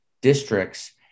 districts